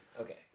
Okay